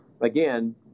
again